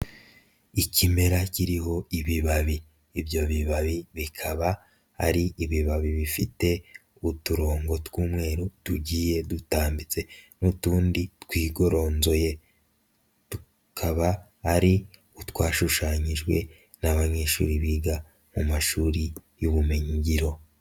Ikimera kiriho ibibabi, ibyo bibabi bikaba ari ibibabi bifite uturongo tw'umweru tugiye dutambitse n'utundi twigoronzoye, tukaba ari utwashushanyijwe n'abanyeshuri biga mu mashuri y'ubumenyingiro.